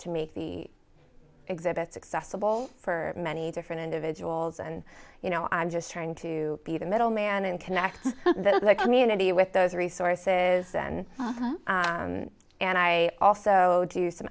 to make the exhibits accessible for many different individuals and you know i'm just trying to be the middleman and connect the community with those resources and and i also do some